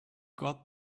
got